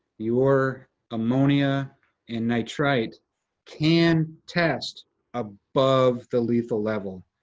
your ammonia and nitrite can test above the lethal level.